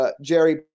Jerry